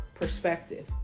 perspective